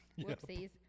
Whoopsies